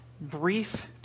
brief